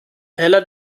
teller